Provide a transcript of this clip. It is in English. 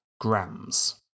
grams